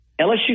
LSU